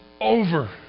over